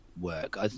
work